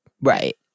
Right